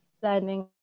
planning